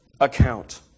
account